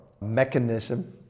mechanism